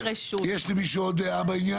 יש למישהו עוד הערה בעניין?